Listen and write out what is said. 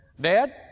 Dad